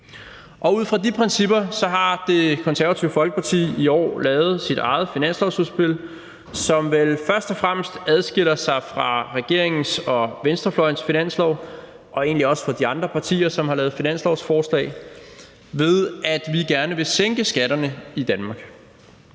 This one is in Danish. Og ud fra de principper har Det Konservative Folkeparti i år lavet sit eget finanslovsudspil, som vel først og fremmest adskiller sig fra regeringens og venstrefløjens finanslovsforslag og egentlig også fra forslag fra andre partier, som har lavet finanslovsforslag, ved at vi gerne vil sænke skatterne i Danmark.